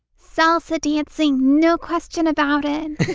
salsa dancing. no question about it.